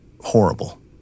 horrible